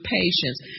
patience